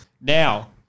Now